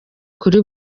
kuri